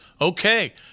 Okay